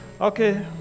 Okay